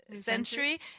century